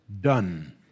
done